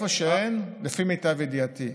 לפי מיטב ידיעתי.